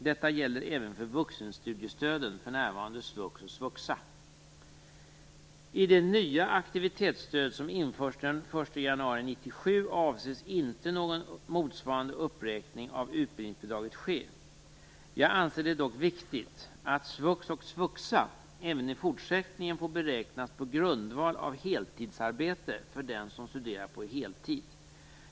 Detta gäller även för vuxenstudiestöden, för närvarande svux och svuxa. 1997 avses inte någon motsvarande uppräkning av utbildningsbidraget ske. Jag anser det dock viktigt att svux och svuxa även i fortsättningen får beräknas på grundval av heltidsarbete för den som studerar på heltid.